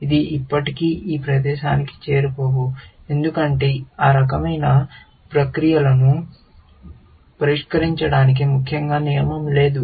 ఇది ఎప్పటికీ ఈ ప్రదేశానికి చేరుకోదు ఎందుకంటే ఆ రకమైన ప్రక్రియలను పరిష్కరించడానికి ముఖ్యంగా నియమం లేదు